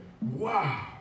wow